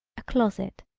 a closet,